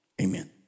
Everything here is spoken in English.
Amen